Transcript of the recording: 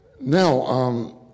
now